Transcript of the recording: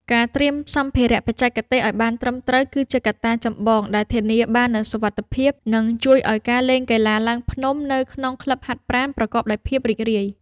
ការត្រៀមសម្ភារៈបច្ចេកទេសឱ្យបានត្រឹមត្រូវ គឺជាកត្តាចម្បងដែលធានាបាននូវសុវត្ថិភាព និងជួយឱ្យការលេងកីឡាឡើងភ្នំនៅក្នុងក្លឹបហាត់ប្រាណប្រកបដោយភាពរីករាយ។